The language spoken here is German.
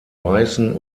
weißen